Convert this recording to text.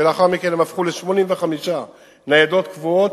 ולאחר מכן הם הפכו ל-85 ניידות קבועות,